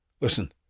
Listen